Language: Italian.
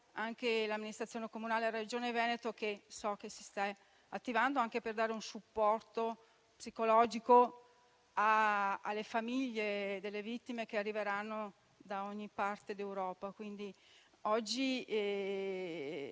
anche l'Amministrazione comunale e la Regione Veneto, perché so che si sta attivando anche per dare un supporto psicologico alle famiglie delle vittime che arriveranno da ogni parte d'Europa.